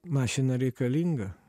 mašina reikalinga